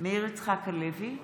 מאיר יצחק הלוי,